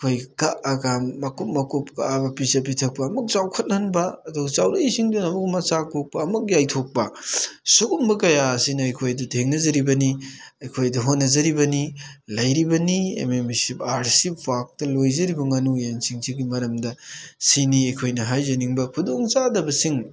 ꯑꯩꯈꯣꯏ ꯀꯛꯑꯒ ꯃꯀꯨꯞ ꯃꯀꯨꯞ ꯀꯛꯑꯒ ꯄꯤꯖꯕ ꯄꯤꯊꯛꯄ ꯑꯃꯨꯛ ꯆꯥꯎꯈꯠꯍꯟꯕ ꯑꯗꯨꯒ ꯆꯥꯎꯔꯛꯏꯁꯤꯡꯗꯨꯅ ꯑꯃꯨꯛ ꯃꯆꯥ ꯀꯣꯛꯄ ꯑꯃꯨꯛ ꯌꯥꯏꯊꯣꯛꯄ ꯁꯨꯒꯨꯝꯕ ꯀꯌꯥ ꯑꯁꯤꯅ ꯑꯩꯈꯣꯏꯗ ꯊꯦꯡꯅꯖꯔꯤꯕꯅꯤ ꯑꯩꯈꯣꯏꯗ ꯍꯣꯠꯅꯖꯔꯕꯅꯤ ꯂꯩꯔꯤꯕꯅꯤ ꯑꯦꯝ ꯑꯦꯝ ꯑꯥꯔ ꯁꯤ ꯄꯥꯛꯇ ꯂꯣꯏꯖꯔꯤꯕ ꯉꯥꯅꯨ ꯌꯦꯟꯁꯤꯡꯁꯤꯒꯤ ꯃꯔꯝꯗ ꯁꯤꯅꯤ ꯑꯩꯈꯣꯏꯅ ꯍꯥꯏꯖꯅꯤꯡꯕ ꯈꯨꯗꯣꯡꯆꯥꯗꯕꯁꯤꯡ